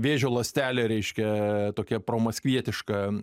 vėžio ląstelė reiškia tokia promaskvietiška